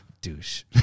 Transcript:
douche